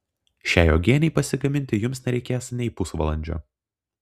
šiai uogienei pasigaminti jums nereikės nei pusvalandžio